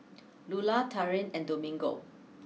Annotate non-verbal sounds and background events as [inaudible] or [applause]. [noise] Lulah Taryn and Domingo